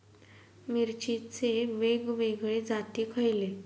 मिरचीचे वेगवेगळे जाती खयले?